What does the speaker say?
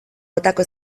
botako